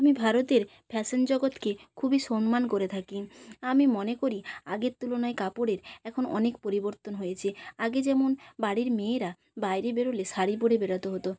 আমি ভারতের ফ্যাশন জগতকে খুবই সম্মান করে থাকি আমি মনে করি আগের তুলনায় কাপড়ের এখন অনেক পরিবর্তন হয়েছে আগে যেমন বাড়ির মেয়েরা বাইরে বেরোলে শাড়ি পরে বেরোতে হতো